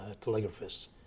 telegraphists